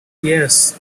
yes